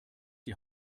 die